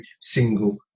single